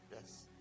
Yes